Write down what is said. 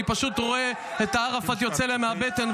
אני פשוט רואה את הערפאת יוצא להם מהבטן,